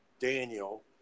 Daniel